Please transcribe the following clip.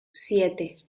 siete